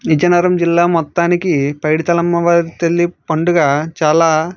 విజయనగరం జిల్లా మొత్తానికి పైడి తల్లి అమ్మవారి తల్లి పండుగ చాలా